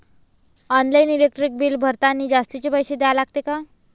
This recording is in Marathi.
ऑनलाईन इलेक्ट्रिक बिल भरतानी जास्तचे पैसे द्या लागते का?